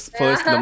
first